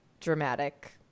dramatic